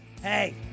Hey